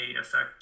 affect